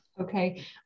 okay